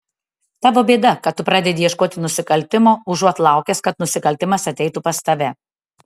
tavo bėda kad tu pradedi ieškoti nusikaltimo užuot laukęs kad nusikaltimas ateitų pas tave